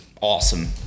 awesome